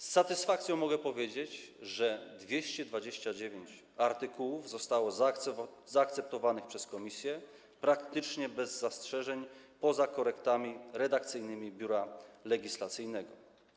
Z satysfakcją mogę powiedzieć, że 229 artykułów zostało zaakceptowanych przez komisje praktycznie bez zastrzeżeń, poza korektami redakcyjnymi Biura Legislacyjnego.